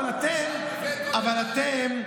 אבל אתם,